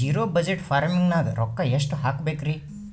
ಈ zero budget farming ನಾಗ್ ರೊಕ್ಕ ಎಷ್ಟು ಹಾಕಬೇಕರಿ?